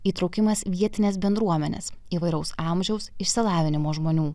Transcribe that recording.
įtraukimas vietinės bendruomenės įvairaus amžiaus išsilavinimo žmonių